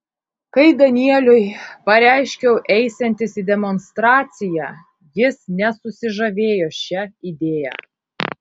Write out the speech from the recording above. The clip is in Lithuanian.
kai danieliui pareiškiau eisiantis į demonstraciją jis nesusižavėjo šia idėja